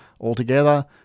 altogether